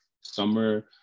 summer